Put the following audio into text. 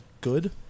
good